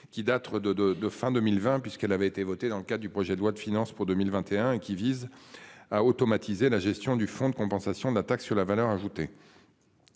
de de de fin 2020 puisqu'elle avait été votée dans le cas du projet de loi de finances pour 2021 qui vise à automatiser la gestion du fonds de compensation de la taxe sur la valeur ajoutée.